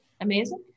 amazing